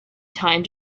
time